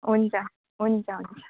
हुन्छ हुन्छ हुन्छ